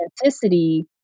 authenticity